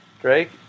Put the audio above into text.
Drake